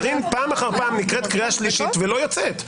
קארין פעם אחר פעם נקראת קריאה שלישית ולא יוצאת.